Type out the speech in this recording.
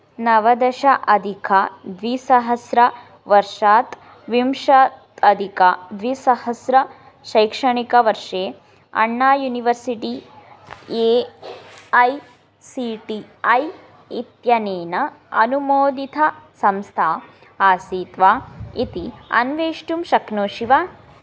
नवदश अधिकद्विसहस्रवर्षात् विंश अधिकद्विसहस्रशैक्षणिकवर्षे Anna University A I C T E इत्यनेन अनुमोदितसंस्था आसीत् वा इति अन्वेष्टुं शक्नोषि वा